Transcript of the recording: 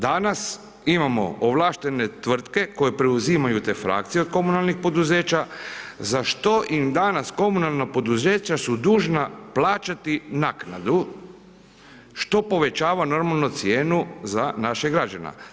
Danas imamo ovlaštene tvrtke koje preuzimaju te frakcije od komunalnih poduzeća, za što im danas komunalna poduzeća su dužna plaćati naknadu, što povećava normalno, cijenu za naše građane.